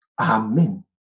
amen